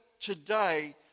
today